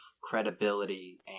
credibility